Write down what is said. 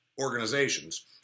organizations